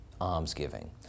almsgiving